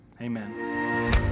amen